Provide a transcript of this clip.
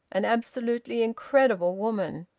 an absolutely incredible woman!